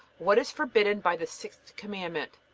what is forbidden by the sixth commandment?